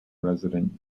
resident